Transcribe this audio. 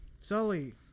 Sully